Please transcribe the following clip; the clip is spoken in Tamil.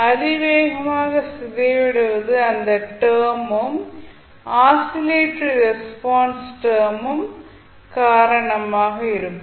அதிவேகமாக சிதைவடைவது இந்த டேர்மும் ஆசிலேட்டரி ரெஸ்பான்ஸ் டேர்மும் காரணமாக இருக்கும்